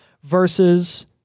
versus